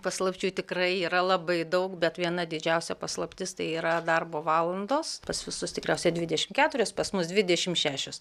paslapčių tikrai yra labai daug bet viena didžiausia paslaptis tai yra darbo valandos pas visus tikriausiai dvidešim keturios pas mus dvidešim šešios